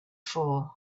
for